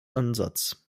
ansatz